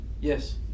Yes